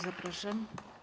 Zapraszam.